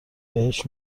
بهش